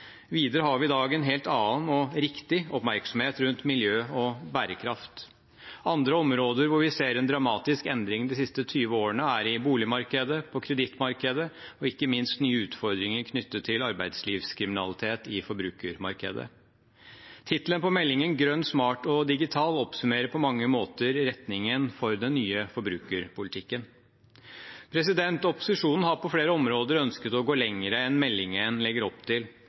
Videre har vi i dag en helt annen, og riktig, oppmerksomhet rundt miljø og bærekraft. Andre områder hvor vi har sett en dramatisk endring de siste 20 årene, er i boligmarkedet, på kredittmarkedet og ikke minst nye utfordringer knyttet til arbeidslivskriminalitet i forbrukermarkedet. Tittelen på meldingen, «grøn, smart og digital», oppsummerer på mange måter retningen for den nye forbrukerpolitikken. Opposisjonen har på flere områder ønsket å gå lenger enn meldingen legger opp til.